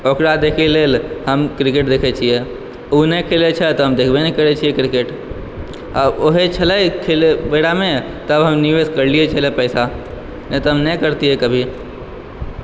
ओकरा देखय लेल हम क्रिकेट देखे छियै ओ नहि खेलै छै तऽ हम देखबे नहि करै छियै क्रिकेट आ ओहे छलै खेलै बेरामे तब हम निवेश करलियै छलै पैसा नहि तऽहम नहि करतियै कभी